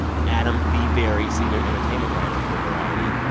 and adam b. vary, senior entertainment writer for variety.